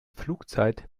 flugzeit